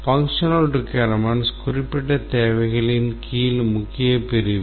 functional requirements குறிப்பிட்ட தேவைகளின் கீழ் முக்கிய பிரிவு